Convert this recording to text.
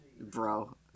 Bro